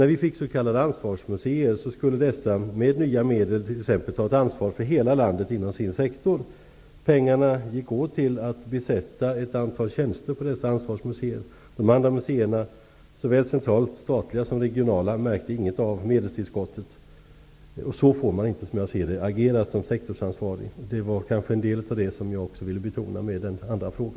När vi fick s.k. ansvarsmuséer skulle dessa med nya medel t.ex. ta ett ansvar för hela landet inom sin sektor. Pengarna gick åt till att besätta ett antal platser på dessa ansvarsmuséer. De andra muséerna, såväl centralt statliga som regionala, märkte inget av medelstillskottet. Som jag ser det får man inte agera så som sektorsansvarig. Detta ville jag också betona med min andra fråga.